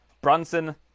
Brunson